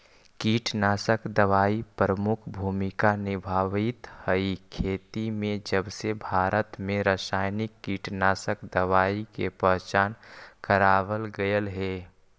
कीटनाशक दवाई प्रमुख भूमिका निभावाईत हई खेती में जबसे भारत में रसायनिक कीटनाशक दवाई के पहचान करावल गयल हे